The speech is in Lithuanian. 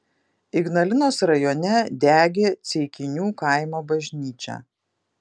ignalinos rajone degė ceikinių kaimo bažnyčia